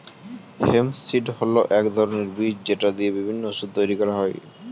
hemp seed হল এক ধরনের বীজ যেটা দিয়ে বিভিন্ন ওষুধ তৈরি করা হয়